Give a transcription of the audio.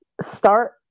start